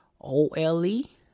O-L-E